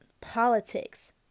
politics